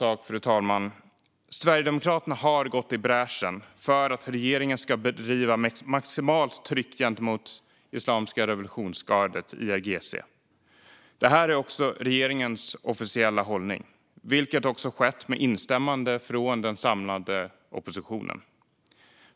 En annan sak: Sverigedemokraterna har gått i bräschen för att regeringen ska bedriva maximalt tryck gentemot Islamiska revolutionsgardet, IRGC. Detta är också regeringens officiella hållning, och det har skett med instämmande från den samlade oppositionen.